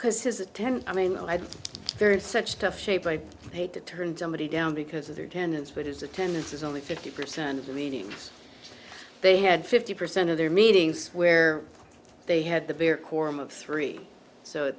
because his attempt i mean like very such tough shape i hate to turn down because of their attendance but his attendance is only fifty percent of the meetings they had fifty percent of their meetings where they had the beer quorum of three so